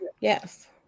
Yes